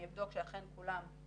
אני אבדוק שאכן כולם חזרו,